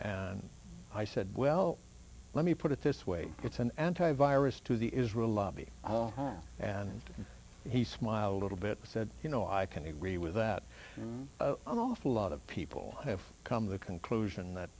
and i said well let me put it this way it's an anti virus to the israel lobby and he smiled little bit said you know i can agree with that oh awful lot of people have come to the conclusion that